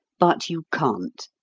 but you can't.